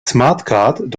smartcard